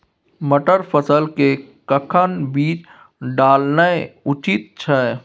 मटर फसल के कखन बीज डालनाय उचित छै?